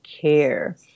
care